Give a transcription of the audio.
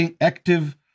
active